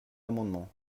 amendement